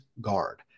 guard